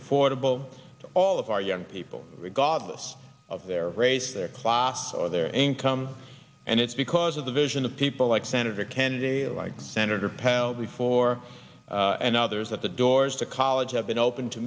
affordable to all of our young people regardless of their race their class or their n come and it's because of the vision of people like senator kennedy like senator pal before and others that the doors to college have been open to